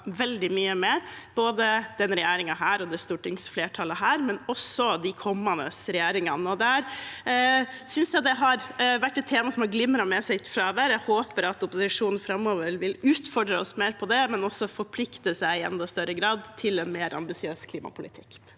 veldig mye mer – både denne regjeringen og dette stortingsflertallet og også de kommende regjeringene. Det synes jeg er et tema som har glimret med sitt fravær. Jeg håper at opposisjonen framover vil utfordre oss mer på det, men også forplikte seg i enda større grad til en mer ambisiøs klimapolitikk.